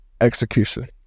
execution